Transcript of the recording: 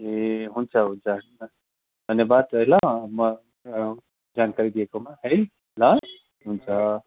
ए हुन्छ हुन्छ हुन्छ धन्यवाद होइन म जानकारी दिएकोमा है ल हुन्छ